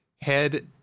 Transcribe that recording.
head